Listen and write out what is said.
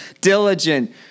diligent